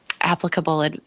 applicable